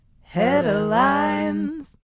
Headlines